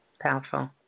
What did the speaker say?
powerful